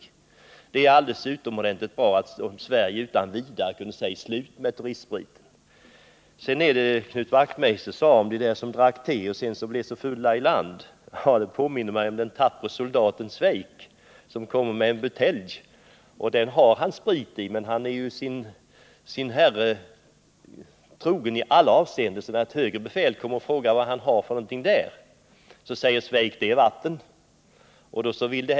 Det vore bra om Sverige kunde sätta stopp för denna turistsprit. Knut Wachtmeister talade om de passagerare som drack te på båten men blev så fulla i land. Det påminner mig om den tappre soldaten Svejk, som hade en butelj med alkohol i. Men han är sin Herre trogen i allt. När därför högre befäl frågar honom vad han har i buteljen, så svarar Svejk att det är vatten.